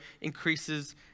increases